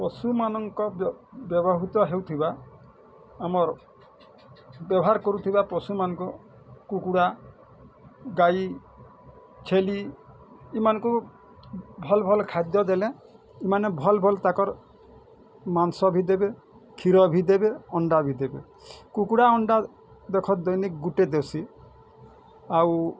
ପଶୁମାନଙ୍କ ବ୍ୟବହୃତ ହେଉଥିବା ଆମର୍ ବ୍ୟବହାର କରୁଥିବା ପଶୁମାନଙ୍କ କୁକୁଡ଼ା ଗାଈ ଛେଲି ଏମାନଙ୍କୁ ଭଲ୍ ଭଲ୍ ଖାଦ୍ୟ ଦେଲେ ଏମାନେ ଭଲ୍ ଭଲ୍ ତାଙ୍କର୍ ମାଂସ ବି ଦେବେ କ୍ଷୀର ବି ଦେବେ ଅଣ୍ଡା ବି ଦେବେ କୁକଡ଼ା ଅଣ୍ଡା ଦେଖ୍ ଦୈନିକ୍ ଗୋଟେ ଦଉସୀ ଆଉ